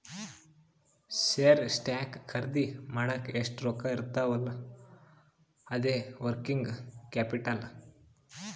share, stock ಖರ್ದಿ ಮಾಡ್ಲಕ್ ಎಷ್ಟ ರೊಕ್ಕಾ ಇರ್ತಾವ್ ಅಲ್ಲಾ ಅದೇ ವರ್ಕಿಂಗ್ ಕ್ಯಾಪಿಟಲ್